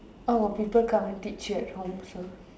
oh got people come and teach you at home also